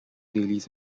dailies